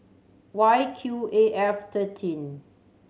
Y Q A F thirteen